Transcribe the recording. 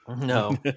no